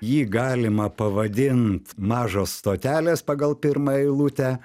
jį galima pavadint mažos stotelės pagal pirmąją eilutę